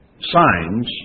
signs